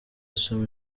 asoma